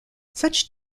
such